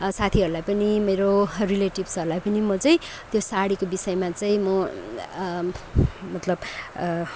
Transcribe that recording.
साथीहरूलाई पनि मेरो रिलेटिभ्सहरूलाई पनि म चाहिँ त्यो सारीको विषयमा चाहिँ म मतलब